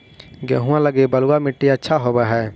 गेहुआ लगी बलुआ मिट्टियां अच्छा होव हैं?